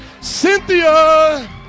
Cynthia